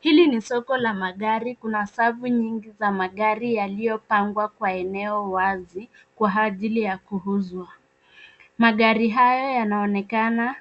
Hili ni soko la magari kuna safu nyingi za magari yaliyopangwa kwa eneo wazi, kwa ajili ya kuuzwa. Magari haya yanaonekana